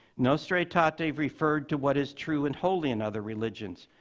nostra aetate referred to what is true and holy in other religions,